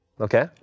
okay